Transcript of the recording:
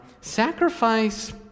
sacrifice